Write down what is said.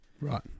Right